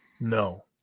No